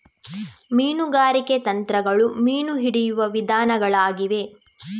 ಮೀನುಗಾರಿಕೆ ತಂತ್ರಗಳು ಮೀನು ಹಿಡಿಯುವ ವಿಧಾನಗಳಾಗಿವೆ